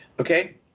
Okay